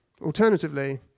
Alternatively